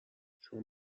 چون